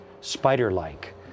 spider-like